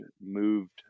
moved